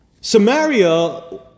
Samaria